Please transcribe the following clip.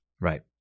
Right